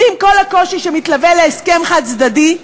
ועם כל הקושי שמתלווה להסכם חד-צדדי,